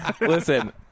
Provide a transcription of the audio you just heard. Listen